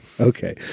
Okay